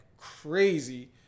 Crazy